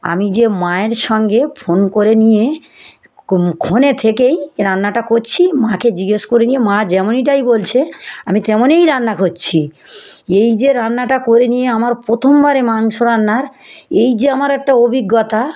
আমি যে মায়ের সঙ্গে ফোন করে নিয়ে ফোনে থেকেই রান্নাটা করছি মাকে জিজ্ঞেস করে নিয়ে মা যেমনিটাই বলছে আমি তেমনই রান্না করছি এই যে রান্নাটা করে নিয়ে আমার প্রথমবারে মাংস রান্নার এই যে আমার একটা অভিজ্ঞতা